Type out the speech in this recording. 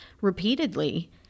repeatedly